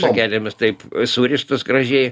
šakelėmis taip surištos gražiai